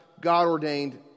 God-ordained